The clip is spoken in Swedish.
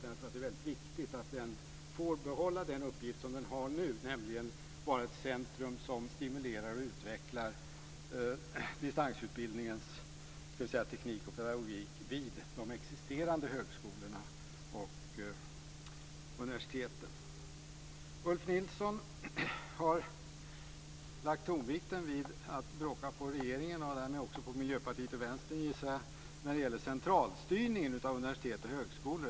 Jag tror att det är viktigt att myndigheten får behålla den uppgift som den har nu, nämligen att vara ett centrum som stimulerar och utvecklar distansutbildningens teknik och pedagogik vid de existerande högskolorna och universiteten. Ulf Nilsson har lagt tonvikten vid att bråka på regeringen, och därmed också på Miljöpartiet och Vänstern gissar jag, när det gäller centralstyrningen av universitet och högskolor.